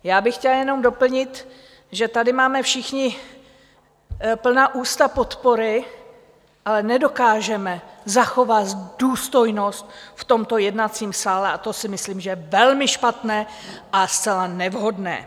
Já bych chtěla jenom doplnit, že tady máme všichni plná ústa podpory, ale nedokážeme zachovat důstojnost v tomto jednacím sále, a to si myslím, že je velmi špatné a zcela nevhodné.